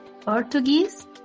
Portuguese